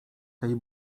tej